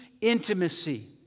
intimacy